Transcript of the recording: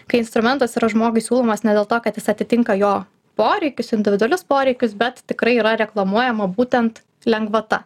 kai instrumentas yra žmogui siūlomas ne dėl to kad jis atitinka jo poreikius individualius poreikius bet tikrai yra reklamuojama būtent lengvata